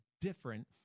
different